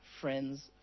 friends